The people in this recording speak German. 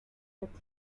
mit